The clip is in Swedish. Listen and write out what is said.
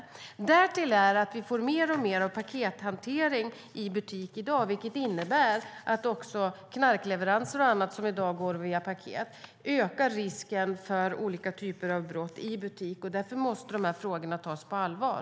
Till detta kommer att vi får mer och mer av pakethantering i butik i dag. Knarkleveranser och annat som i dag går via paket ökar risken för olika typer av brott i butik. Därför måste de här frågorna tas på allvar.